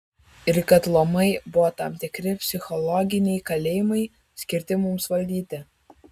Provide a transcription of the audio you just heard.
ir kad luomai buvo tam tikri psichologiniai kalėjimai skirti mums valdyti